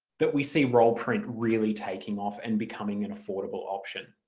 that we see roll print really taking off and becoming an affordable option.